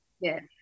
Yes